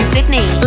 Sydney